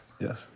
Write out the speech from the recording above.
Yes